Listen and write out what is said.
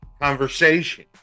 conversation